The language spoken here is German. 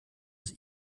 sie